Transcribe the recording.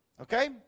Okay